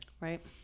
Right